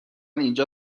اینجا